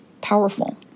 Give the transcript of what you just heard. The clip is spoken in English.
powerful